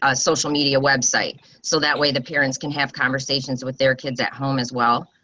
ah social media website so that way the parents can have conversations with their kids at home as well.